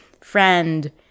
friend